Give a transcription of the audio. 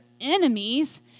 enemies